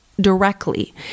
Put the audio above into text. directly